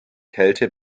kälte